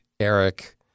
Eric